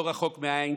לא רחוק מהעין,